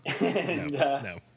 No